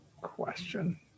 question